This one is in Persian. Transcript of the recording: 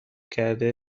کرده